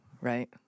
Right